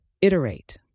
Iterate